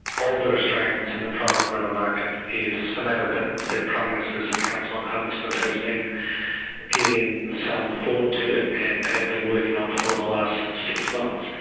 older australians in the private rental market is a matter that the prime minister's on homelessness has been giving some thought to and have been working on for the last six months.